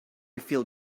feel